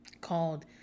called